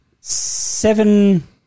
seven